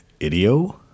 idio